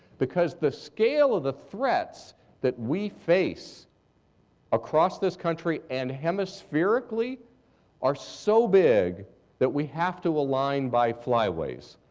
because the scale of the threats that we face across this country and hemispherically are so big that we have to align by flyways.